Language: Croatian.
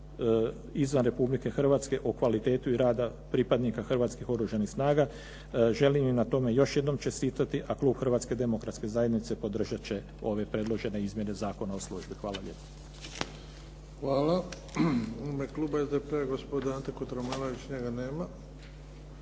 izvan Republike Hrvatske o kvaliteti rada pripadnika Hrvatskih oružanih snaga, želim im na tome još jednom čestitati a Klub Hrvatske Demokratske Zajednice podržati će ove predložene Izmjene zakona o službi. Hvala lijepa. **Bebić, Luka (HDZ)** Hvala. U ime Kluba SDP-a gospodin Ante Kotromanović. Njega nema.